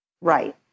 Right